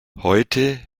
heute